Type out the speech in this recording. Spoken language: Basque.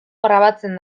grabatzen